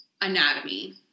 anatomy